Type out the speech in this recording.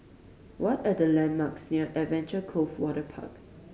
what are the landmarks near Adventure Cove Waterpark